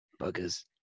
Buggers